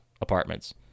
apartments